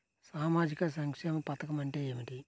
సామాజిక సంక్షేమ పథకం అంటే ఏమిటి?